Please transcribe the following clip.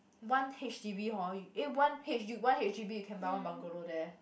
one H_D_B hor you eh one H one H_D_B you can buy one bungalow there